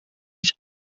ich